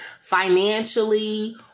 financially